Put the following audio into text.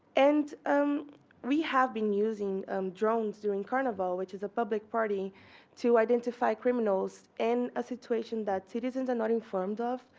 and we have been using drones during carnival, which is a public party too, identify criminals in a situation that citizens are not informed of.